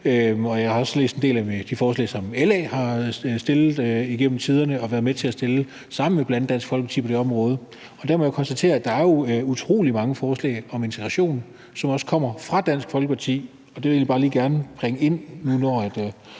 Jeg har også læst en del af de forslag, som LA har fremsat gennem tiden og været med til at fremsætte sammen med bl.a. Dansk Folkeparti på det område, og der må jeg konstatere, at der jo er utrolig mange forslag om integration, som også kommer fra Dansk Folkeparti. Det ville jeg bare lige bringe ind i